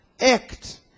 act